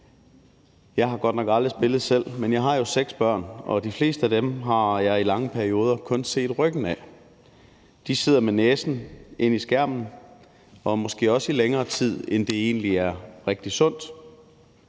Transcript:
Jeg har godt nok aldrig spillet selv, men jeg har jo seks børn, og de fleste af dem har jeg i lange perioder kun set ryggen af. De sidder med næsen inde i skærmen og måske i længere tid, end det egentlig er rigtig sund.